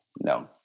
no